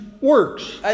works